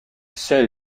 seul